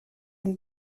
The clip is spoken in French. une